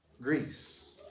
Greece